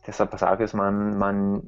tiesą pasakius man man